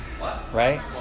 right